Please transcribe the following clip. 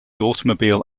automobile